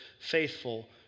faithful